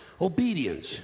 obedience